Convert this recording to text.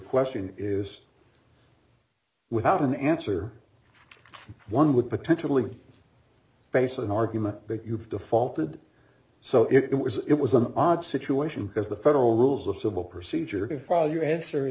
question is without an answer one would potentially face an argument that you've defaulted so it was it was an odd situation because the federal rules of civil procedure are your answer